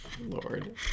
Lord